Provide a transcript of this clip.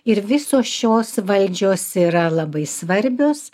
ir visos šios valdžios yra labai svarbios